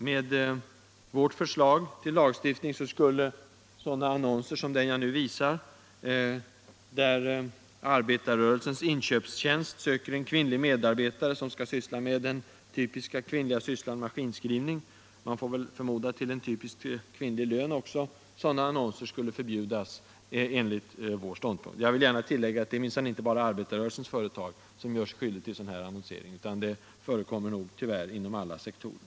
Med vårt förslag till lagstiftning skulle sådana annonser som den jag nu visar på TV-skärmen — där Arbetarrörelsens Inköpstjänst söker en kvinnlig medarbetare som skall syssla med den typiskt kvinnliga sysslan maskinskrivning, man får förmoda till en typisk kvinnlig lön också — förbjudas. Jag vill tillägga att det minsann inte bara är arbetarrörelsens företag som gör sig skyldiga till sådan här annonsering. Det förekommer nog tyvärr inom alla sektorer.